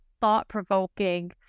thought-provoking